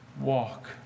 walk